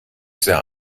sehr